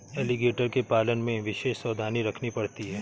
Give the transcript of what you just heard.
alligator के पालन में विशेष सावधानी रखनी पड़ती है